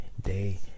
day